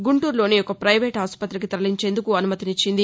గుంటూరులోని ఒక ప్రెవేటు ఆసుపతికి తరలించేందుకు అనుమతిచ్చింది